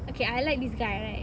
okay I like this guy right